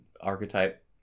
archetype